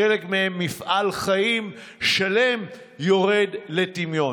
לחלק מהם מפעל חיים שלם יורד לטמיון.